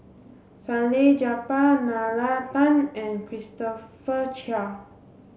Salleh Japar Nalla Tan and Christopher Chia